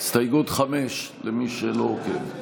הסתייגות 5 לא נתקבלה.